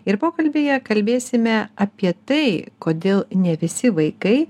ir pokalbyje kalbėsime apie tai kodėl ne visi vaikai